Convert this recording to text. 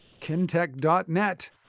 Kintech.net